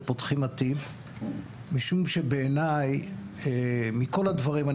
תוכנית "פותחים עתיד" וזאת משום שבעיני מכל הדברים ואני